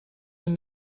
your